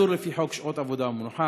זה אסור לפי חוק שעות עבודה ומנוחה,